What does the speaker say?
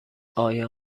آیا